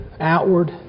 outward